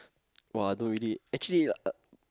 !wah! I don't really actually uh